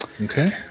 Okay